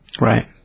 Right